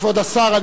כבוד השר,